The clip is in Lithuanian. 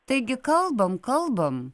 taigi kalbam kalbam